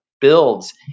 builds